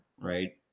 right